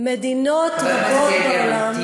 חברת הכנסת יעל גרמן,